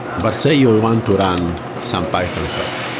but say you want to run some python code.